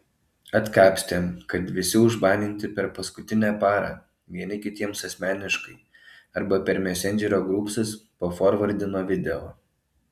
atkapstėm kad visi užbaninti per paskutinę parą vieni kitiems asmeniškai arba per mesendžerio grupsus paforvardino video